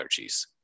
allergies